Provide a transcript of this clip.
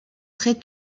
très